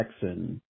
Texan